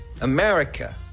America